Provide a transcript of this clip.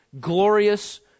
glorious